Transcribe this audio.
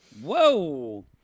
Whoa